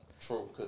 True